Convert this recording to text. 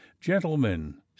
gentlemen